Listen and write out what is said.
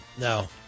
No